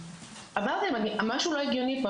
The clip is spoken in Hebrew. אמרתי להם: משהו לא הגיוני פה.